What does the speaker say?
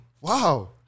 Wow